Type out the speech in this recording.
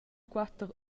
quater